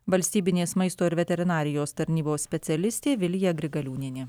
valstybinės maisto ir veterinarijos tarnybos specialistė vilija grigaliūnienė